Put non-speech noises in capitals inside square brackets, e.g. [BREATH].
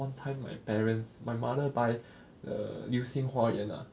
one time my parents my mother buy [BREATH] the 流星花园 ah